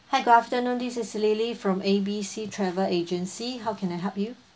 hi good afternoon this is lily from A B C travel agency how can I help you